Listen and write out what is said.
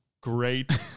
Great